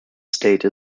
state